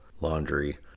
laundry